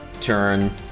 turn